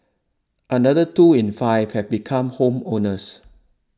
another two in five have become home owners